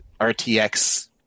RTX